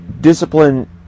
Discipline